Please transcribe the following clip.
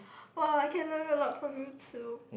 !wow! I can learn a lot from you too